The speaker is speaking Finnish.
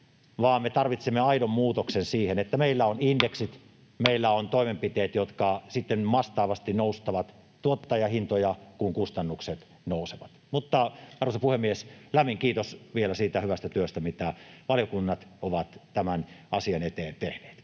me tarvitsemme aidon muutoksen siihen, että meillä on indeksit, meillä on toimenpiteet, jotka sitten vastaavasti nostavat tuottajahintoja, kun kustannukset nousevat. Mutta, arvoisa puhemies, lämmin kiitos vielä siitä hyvästä työstä, mitä valiokunnat ovat tämän asian eteen tehneet.